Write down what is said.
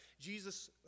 Jesus